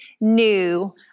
new